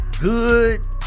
good